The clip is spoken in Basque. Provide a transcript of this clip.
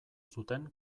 zuten